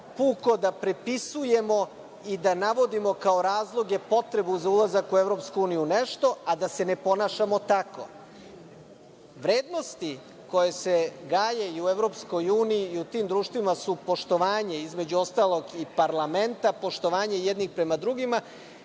da prepisujemo i da navodimo kao razloge potrebu za ulazak u EU nešto, a da se ne ponašamo tako. Vrednosti koje se gaje i u EU i u tim društvima su poštovanje, između ostalog, i parlamenta, poštovanje jednih prema drugima